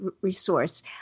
resource